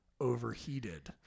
overheated